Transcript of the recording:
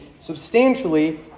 substantially